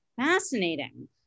fascinating